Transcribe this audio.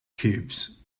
cubes